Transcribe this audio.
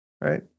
right